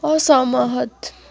असहमत